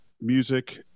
music